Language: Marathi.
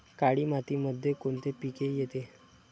काळी मातीमध्ये कोणते पिके येते?